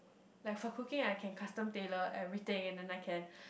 like for cooking I can custom tailor everything and then I can